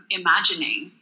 imagining